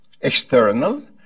external